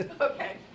okay